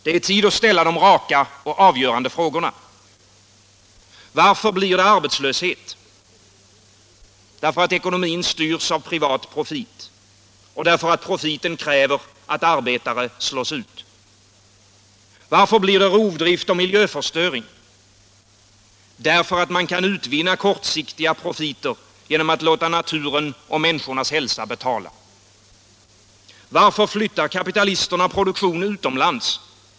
Det är tid att ställa de raka, avgörande frågorna. Varför blir det arbetslöshet? Därför att ekonomin styrs av privat profit. Därför att profiten kräver att arbetare slås ut. Varför blir det rovdrift och miljöförstöring? Därför att man kan utvinna kortsiktiga profiter genom att låta naturen och människornas hälsa betala. Varför flyttar kapitalisterna produktion utomlands?